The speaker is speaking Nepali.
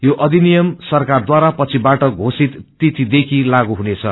यो अधिनियम सरकारद्वारा पछिबाअ पोषित तिथिदेखि ालागू हुनेछ